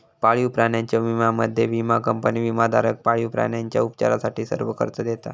पाळीव प्राण्यांच्या विम्यामध्ये, विमा कंपनी विमाधारक पाळीव प्राण्यांच्या उपचारासाठी सर्व खर्च देता